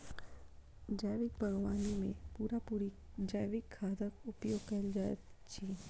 जैविक बागवानी मे पूरा पूरी जैविक खादक उपयोग कएल जाइत छै